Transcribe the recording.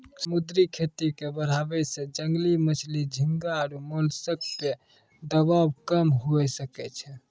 समुद्री खेती के बढ़ाबै से जंगली मछली, झींगा आरु मोलस्क पे दबाब कम हुये सकै छै